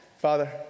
Father